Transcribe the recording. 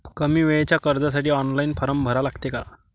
कमी वेळेच्या कर्जासाठी ऑनलाईन फारम भरा लागते का?